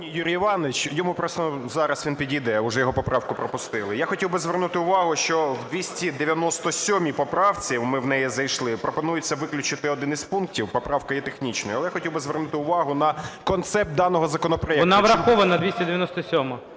Вона врахована, 297-а.